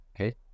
okay